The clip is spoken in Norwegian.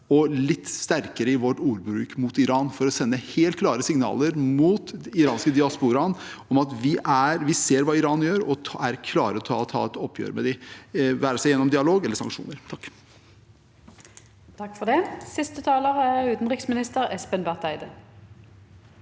og litt sterkere i vår ordbruk mot Iran for å sende helt klare signaler til den iranske diasporaen om at vi ser hva Iran gjør, og er klare til å ta et oppgjør med dem, det være seg gjennom dialog eller sanksjoner. Utenriksminister Espen Barth Eide